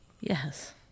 Yes